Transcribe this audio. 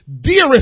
dearest